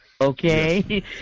okay